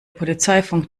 polizeifunk